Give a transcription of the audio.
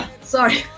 Sorry